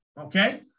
okay